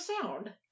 sound